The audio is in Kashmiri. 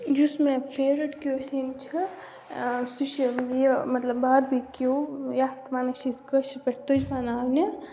یُس مےٚ فیورِٹ کیوسیٖن چھِ سُہ چھِ یہِ مطلب باربیٖکیوٗ یَتھ وَنان چھِ أسۍ کٲشِر پٲٹھۍ تُج بَناونہِ